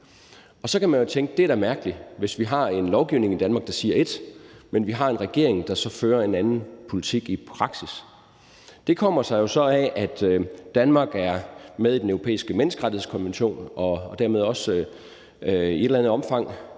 år. Så kan man jo tænke, at det da er mærkeligt, at vi har en lovgivning i Danmark, der siger et, men vi har en regering, der så fører en anden politik i praksis. Det kommer sig jo så af, at Danmark er med i Den Europæiske Menneskerettighedskonvention og dermed også i et eller andet omfang